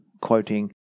quoting